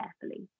carefully